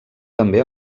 també